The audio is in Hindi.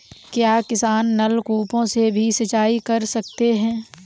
क्या किसान नल कूपों से भी सिंचाई कर सकते हैं?